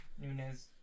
Nunez